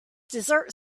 dessert